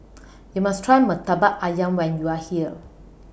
YOU must Try Murtabak Ayam when YOU Are here